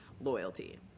loyalty